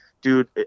dude